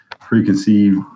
preconceived